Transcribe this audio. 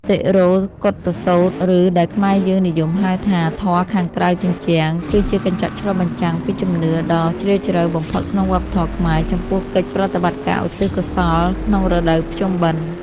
តិរោកុឌ្ឍសូត្រ ឬដែលខ្មែរយើងនិយមហៅថា ធម៌ខាងក្រៅជញ្ជាំង គឺជាកញ្ចក់ឆ្លុះបញ្ចាំងពីជំនឿដ៏ជ្រាលជ្រៅបំផុតក្នុងវប្បធម៌ខ្មែរ ចំពោះកិច្ចប្រតិបត្តិការឧទ្ទិសកុសលក្នុងរដូវភ្ជុំបិណ្ឌ។